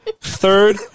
third